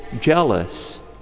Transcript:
jealous